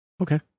Okay